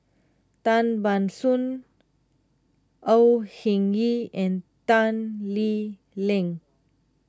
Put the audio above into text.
Tan Ban Soon Au Hing Yee and Tan Lee Leng